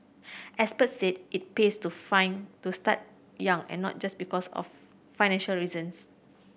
experts said it pays to find to start young and not just because of financial reasons